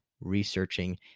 researching